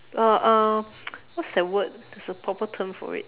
uh uh what's that word there's a proper term for it